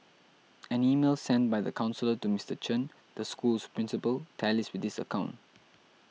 an email sent by the counsellor to Mister Chen the school's principal tallies with this account